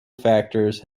factors